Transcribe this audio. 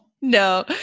No